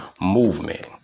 movement